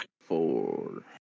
Four